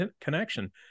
connection